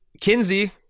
Kinsey